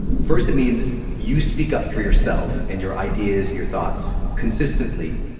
first, it means you speak up for yourself and your ideas and your thoughts consistently,